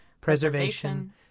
preservation